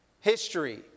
History